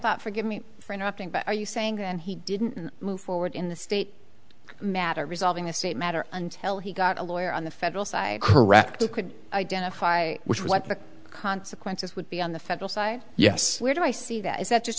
thought forgive me for interrupting but are you saying that he didn't move forward in the state matter of resolving this matter until he got a lawyer on the federal side correct or could identify which what the consequences would be on the federal side yes where do i see that is that just